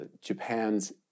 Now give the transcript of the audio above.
Japan's